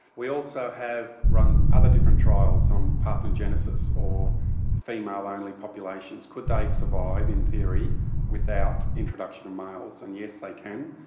we also have run other different trials on parthenogenesis or female-only populations could they survive in theory without introduction of males? and yes, they can,